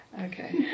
Okay